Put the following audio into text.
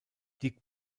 die